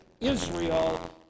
Israel